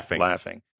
laughing